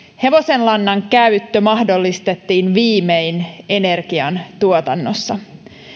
hevosenlannan käyttö mahdollistettiin viimein energiantuotannossa